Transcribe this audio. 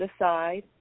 aside